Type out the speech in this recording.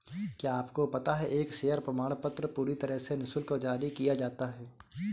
क्या आपको पता है एक शेयर प्रमाणपत्र पूरी तरह से निशुल्क जारी किया जाता है?